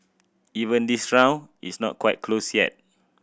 even this round it's not quite closed yet